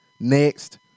next